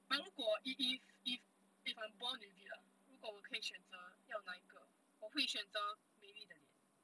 but 如果 if if if if if I am born with it ah 如果我可以选择要哪一个我会选择美丽的脸